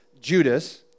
Judas